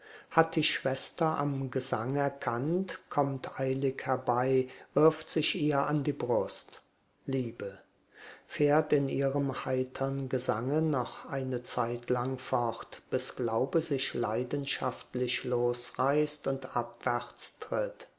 hat die schwester am gesang erkannt kommt eilig herbei wirft sich ihr an die brust liebe fährt in ihrem heitern gesange noch eine zeitlang fort bis glaube sich leidenschaftlich losreißt und